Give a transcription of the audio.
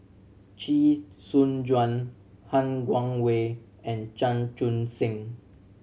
Chee Soon Juan Han Guangwei and Chan Chun Sing